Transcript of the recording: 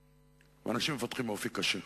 ואנשים מפתחים אופי קשה,